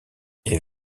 est